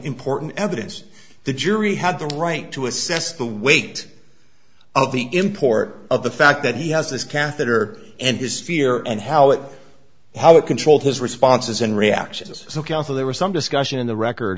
important evidence the jury had the right to assess the weight of the import of the fact that he has this catheter and his fear and how it how it controlled his responses and reactions so counsel there was some discussion in the record